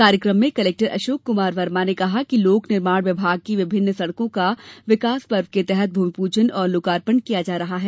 कार्यक्रम में कलेक्टर अशोक कुमार वर्मा ने कहा कि लोक निर्माण विभाग की विभिन्न सड़कों का विकास पर्व के तहत भूमिपूजन एवं लोकार्पण किया जा रहा है